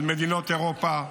על מדינות אירופה,